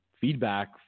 feedback